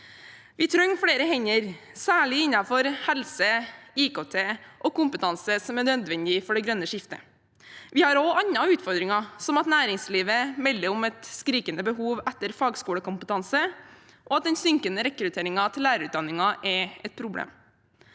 Vi trenger flere hender, særlig innenfor helse, IKT og kompetanse som er nødvendig for det grønne skiftet. Vi har også andre utfordringer, som at næringslivet melder om et skrikende behov for fagskolekompetanse, og at den synkende rekrutteringen til lærerutdanningen er et problem.